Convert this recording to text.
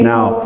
Now